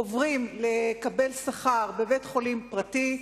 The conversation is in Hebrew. עוברים לקבל שכר בבית-חולים פרטי,